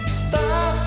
stop